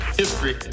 history